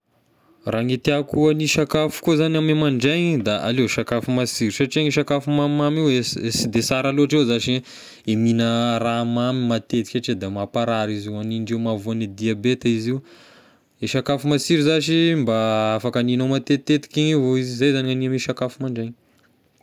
Raha ny tiako hoan'ny sakafo koa zagny ame mandraigny da aleo sakafo masiro satria ny sakafo mamimamy io eh si- sy de sara loatra io zashy e mihigna raha mamy matetika satria da mamparary izy io, hanindreo mahavoan'ny diabeta izy io, e sakafo masiro zashy mba afaka haninao matetiteka igny avao izy, zay zagny hany amin'ny sakafo mandraigna.